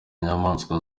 nyamaswa